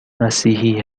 مسیحی